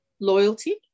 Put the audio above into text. loyalty